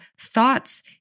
thoughts